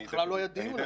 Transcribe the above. בכלל לא היה דיון.